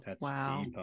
Wow